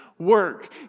Work